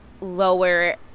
lower